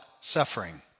suffering